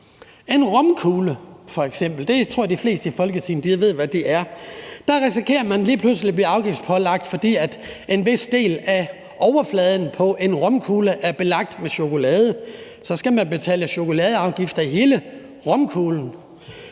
tror f.eks., at de fleste i Folketinget ved, hvad en romkugle er. Der risikerer man lige pludselig at blive afgiftspålagt, fordi en vis del af overfladen på en romkugle er belagt med chokolade, og så skal man betale chokoladeafgift af hele romkuglen.